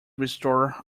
restore